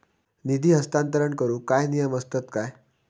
निधी हस्तांतरण करूक काय नियम असतत काय?